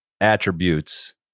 attributes